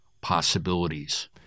possibilities